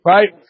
Right